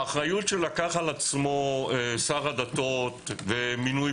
האחריות שלקח על עצמו שר הדתות במינוי